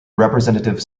representative